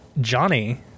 Johnny